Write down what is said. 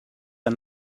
are